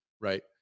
right